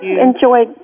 enjoy